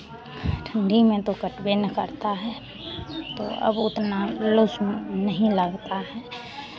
ठंढी में तो कटबे ना करता है तो अब उतना लॉस में नहीं लगता है